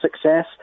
success